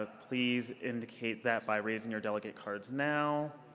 ah please indicate that by raising your delegate cards now.